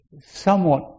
somewhat